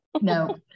No